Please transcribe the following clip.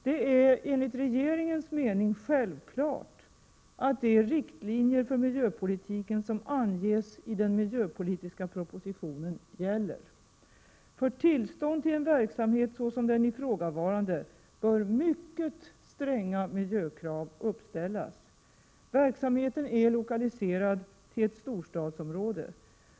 Det är enligt regeringens mening självklart att de riktlinjer för miljöpoliti Om-Sänbs etablering é För tillstånd till en verksamhet såsom den ifrågavarande bör mycket stränga miljökrav uppställas. Verksamheten är lokaliserad till ett storstadsområde.